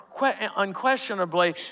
unquestionably